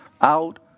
out